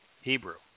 Hebrew